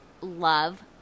love